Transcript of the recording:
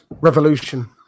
Revolution